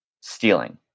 stealing